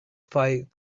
fight